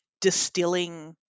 distilling